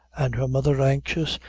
and her mother, anxious,